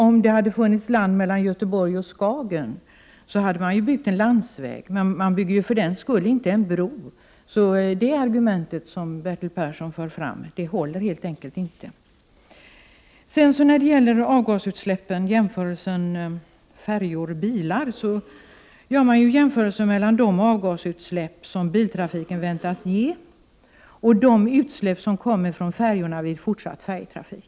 Om det hade funnits land mellan Göteborg och Skagen, hade man ju byggt en landsväg, men man bygger för den skull inte en bro. Det argumentet, som Bertil Persson förde fram, håller helt enkelt inte. När det gäller avgasutsläppen från färjor och från bilar gör man jämförelse mellan de avgasutsläpp som biltrafiken väntas ge och de utsläpp som kommer från färjorna vid fortsatt färjetrafik.